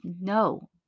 No